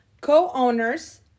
co-owners